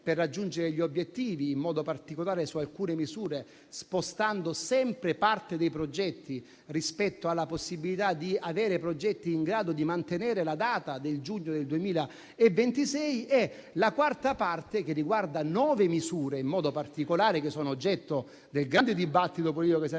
per raggiungere gli obiettivi, in modo particolare su alcune misure, spostando sempre parte dei progetti, rispetto alla possibilità di avere progetti in grado di mantenere la data del giugno del 2026. La quarta questione, che attiene a nove misure in particolare che sono oggetto del grande dibattito politico che si è